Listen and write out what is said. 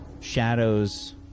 Shadows